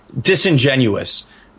disingenuous